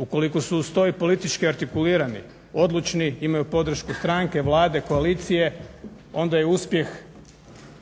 Ukoliko su uz to i politički artikulirani, odlučni i imaju podršku stranke, Vlade, koalicije, onda je uspjeh